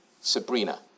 Sabrina